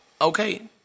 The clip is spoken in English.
Okay